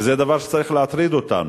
וזה דבר שצריך להטריד אותנו.